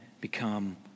become